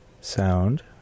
sound